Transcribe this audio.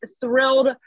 thrilled